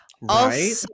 Right